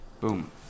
Boom